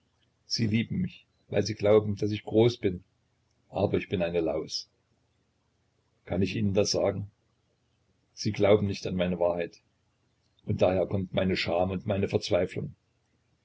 sie lieben mich weil sie glauben daß ich groß bin aber ich bin eine laus kann ich ihnen das sagen sie glauben nicht an meine wahrheit und daher kommt meine scham und meine verzweiflung